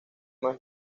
más